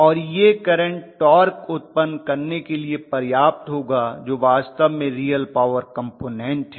और यह current torque उत्पन्न करने के लिए पर्याप्त होगा जो वास्तव में रियल पॉवर कम्पोनन्ट है